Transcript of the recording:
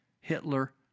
Hitler